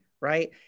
right